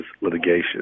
litigation